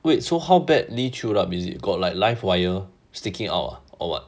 wait so how badly chewed up is it got like live wire sticking out ah or what